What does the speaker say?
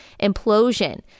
implosion